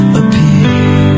appear